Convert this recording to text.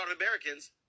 Americans